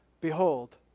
Behold